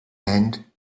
hand